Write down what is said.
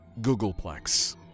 Googleplex